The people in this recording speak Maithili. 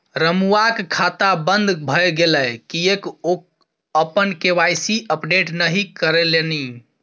रमुआक खाता बन्द भए गेलै किएक ओ अपन के.वाई.सी अपडेट नहि करेलनि?